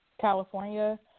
California